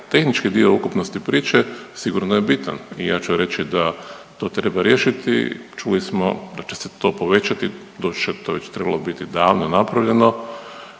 tehnički dio ukupnosti priče sigurno je bitan. I ja ću reći da to treba riješiti. Čuli smo da će se to povećati, doduše to je već trebalo biti davno napravljeno.